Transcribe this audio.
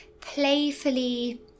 playfully